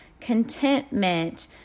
contentment